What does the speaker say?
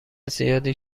زیادی